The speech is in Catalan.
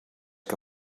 que